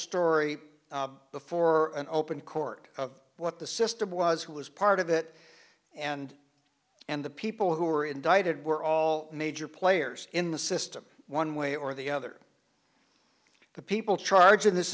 story before an open court of what the system was who was part of it and and the people who were indicted were all major players in the system one way or the other the people charged in this